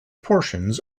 portions